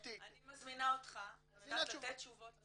אני מזמינה אותך על מנת לתת תשובות לשאלה.